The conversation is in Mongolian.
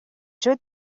шүү